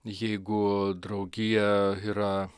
jeigu draugija yra